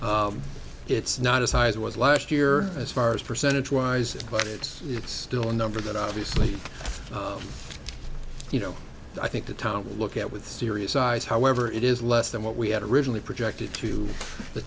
so it's not as high as it was last year as far as percentage wise but it's still a number that obviously you know i think the town will look at with serious eyes however it is less than what we had originally projected to the